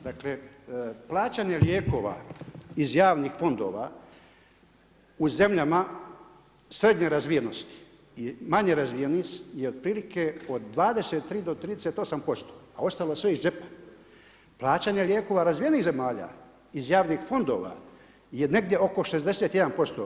Dakle plaćanje lijekova iz javnih fondova u zemljama srednje razvijenosti i manje razvijenosti je otprilike od 23 do 3% a ostalo sve iz džepa, plaćanje lijekova razvijenih zemalja iz javnih fondova je negdje oko 61%